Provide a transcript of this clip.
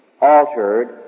altered